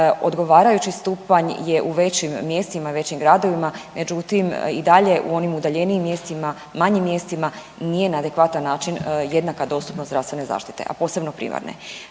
Odgovarajući stupanj je u većim mjestima, većim gradovima međutim i dalje u onim udaljenijim mjestima, manjim mjestima nije na adekvatan način jednaka dostupnost zdravstvene zaštite, a posebno primarne.